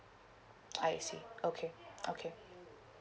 I see okay okay